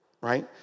right